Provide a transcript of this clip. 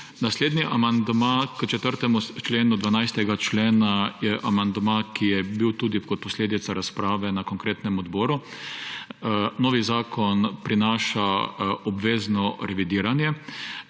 Naslednji amandma k 4. členu 12. člena je amandma, ki je bil tudi kot posledica razprave na konkretnem odboru. Nov zakon prinaša obvezno revidiranje